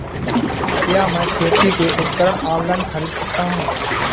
क्या मैं खेती के उपकरण ऑनलाइन खरीद सकता हूँ?